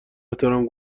احترام